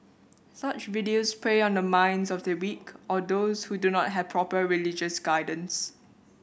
such videos prey on the minds of the weak or those who do not have proper religious guidance